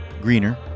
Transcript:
greener